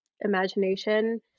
imagination